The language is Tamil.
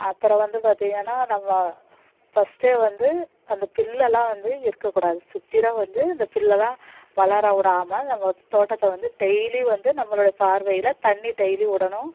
அப்புறம் வந்து பார்த்தீங்கன்னா நம்ம ஃபர்ஸ்ட்டே வந்து அந்த பில் எல்லாம் வந்து இருக்கக்கூடாது சுத்தீரும் வந்து இந்த பில் எல்லாம் வளர விடாம நம்ம தோட்டத்தை வந்து டெய்லியும் வந்து நம்மளுடைய பார்வையில் தண்ணி டெய்லி விடணும்